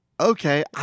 Okay